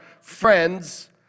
friends